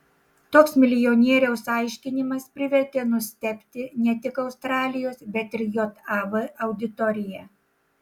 toks milijonieriaus aiškinimas privertė nustebti ne tik australijos bet ir jav auditoriją